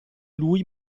lui